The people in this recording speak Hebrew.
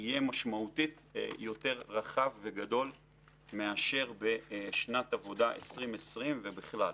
יהיה משמעותית יותר רחב וגדול מאשר בשנת העבודה 2020 ובכלל.